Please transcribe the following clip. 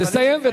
תסיים.